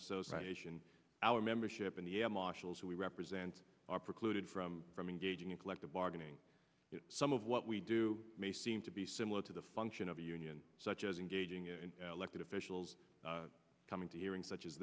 association our membership in the air marshals who we represent are precluded from from engaging in collective bargaining some of what we do may seem to be similar to the function of a union such as engaging in elected officials coming to hearing such as